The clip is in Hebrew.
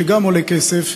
שגם עולה כסף,